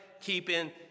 keeping